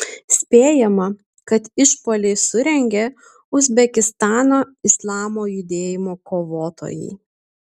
spėjama kad išpuolį surengė uzbekistano islamo judėjimo kovotojai